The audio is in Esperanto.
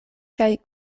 kaj